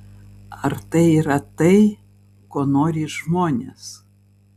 ar tai yra tai ko nori žmonės